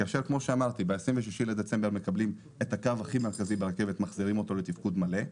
כאשר ב-26 בדצמבר מקבלים את הקו הכי מרכזי ברכבת בחזרה בתפקוד מלא,